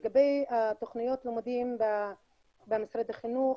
לגבי תוכניות הלימודים במשרד החינוך,